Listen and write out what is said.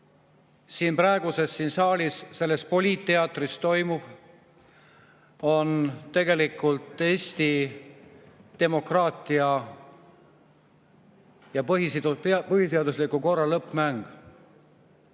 mis praegu siin saalis, selles poliitteatris toimub, on tegelikult Eesti demokraatia ja põhiseadusliku korra lõppmäng.Me